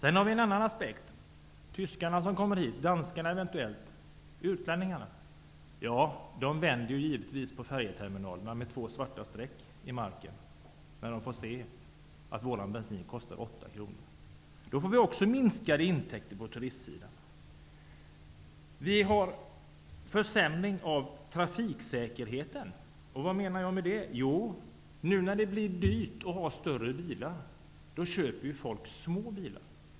En annan aspekt är att de tyskar och eventuellt danskar som kommer hit, utlänningarna, givetvis vänder vid färjeterminalen efterlämnande två svarta streck i marken när de får veta att bensinen kostar 8 kr. Då får vi också minskade intäkter på turistsidan. Vi får en försämring av trafiksäkerheten. Vad menar jag då med det? Jo, nu när det blir dyrt att ha större bilar kommer folk att köpa små bilar.